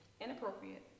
inappropriate